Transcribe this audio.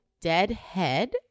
Deadhead